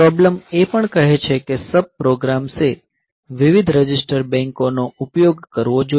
problem એ પણ કહે છે કે સબ પ્રોગ્રામ્સે વિવિધ રજિસ્ટર બેંકો નો ઉપયોગ કરવો જોઈએ